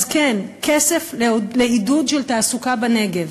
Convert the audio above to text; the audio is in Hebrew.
אז כן, כסף לעידוד תעסוקה בנגב.